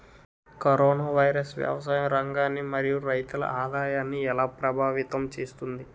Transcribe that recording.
Corona virus వ్యవసాయ రంగాన్ని మరియు రైతుల ఆదాయాన్ని ఎలా ప్రభావితం చేస్తుంది?